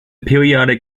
periodic